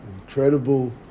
incredible